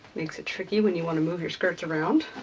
makes it tricky when you want to move your skirts around.